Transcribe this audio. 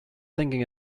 thinking